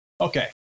Okay